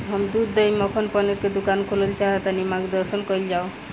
हम दूध दही मक्खन पनीर के दुकान खोलल चाहतानी ता मार्गदर्शन कइल जाव?